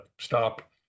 stop